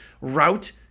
route